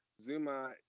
Zuma